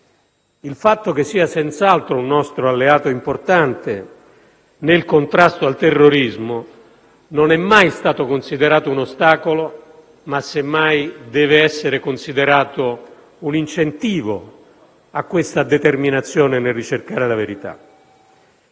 e che sia senz'altro un nostro alleato importante nel contrasto al terrorismo non è mai stato considerato un ostacolo, ma semmai deve essere considerato un incentivo a questa determinazione nel ricercare la verità.